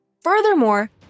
Furthermore